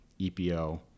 EPO